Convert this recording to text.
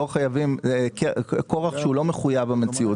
זה כורח שלא מחויב במציאות.